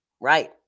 right